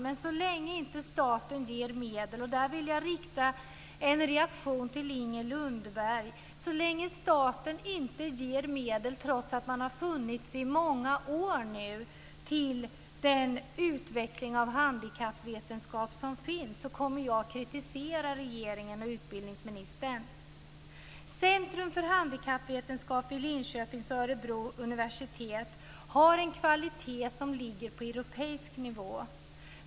Men så länge inte staten ger medel - och det vill jag säga som en reaktion till Inger Lundberg - till utveckling av handkappvetenskap, som nu har funnits under många år, kommer jag att kritisera regeringen och utbildningsministern. Centrum för handikapvetenskap vid Linköpings och Örebro universitet har en kvalitet som ligger på europeisk nivå.